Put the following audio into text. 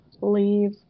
Leave